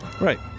Right